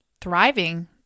thriving